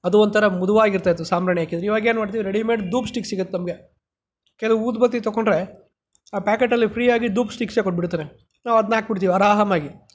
ಅದು ಒಂಥರ ಮುದವಾಗಿ ಇರ್ತಾ ಇತ್ತು ಸಾಂಬ್ರಾಣಿ ಹಾಕಿದರೆ ಇವಾಗೇನು ಮಾಡ್ತೀವಿ ರೆಡಿಮೇಡ್ ಧೂಪ ಸ್ಟಿಕ್ ಸಿಗುತ್ತೆ ನಮಗೆ ಕೆಲವು ಊದುಬತ್ತಿ ತಕೊಂಡ್ರೆ ಆ ಪ್ಯಾಕೆಟಲ್ಲೇ ಫ್ರೀಯಾಗಿ ಧೂಪ ಸ್ಟಿಕ್ಸೆ ಕೊಟ್ಟು ಬಿಡ್ತಾರೆ ನಾವು ಅದನ್ನ ಹಾಕ್ಬಿಡ್ತೀವಿ ಆರಾಮಾಗಿ